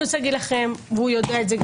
אני רוצה להגיד לכם, והוא יודע את זה.